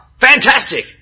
Fantastic